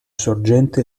sorgente